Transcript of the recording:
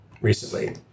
recently